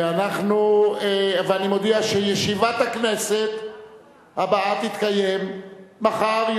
אני מודיע שישיבת הכנסת הבאה תתקיים מחר,